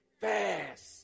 fast